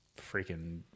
freaking